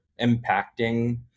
impacting